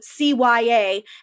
CYA